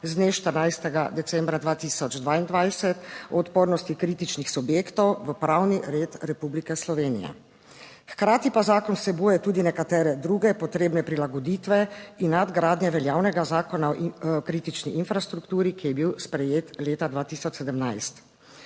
z dne 14. decembra 2022 o odpornosti kritičnih subjektov v pravni red Republike Slovenije, hkrati pa zakon vsebuje tudi nekatere druge potrebne prilagoditve in nadgradnje veljavnega Zakona o kritični infrastrukturi, ki je bil sprejet leta 2017.